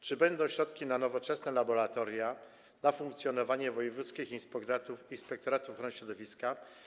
Czy będą środki na nowoczesne laboratoria, na funkcjonowanie wojewódzkich inspektoratów ochrony środowiska?